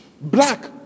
Black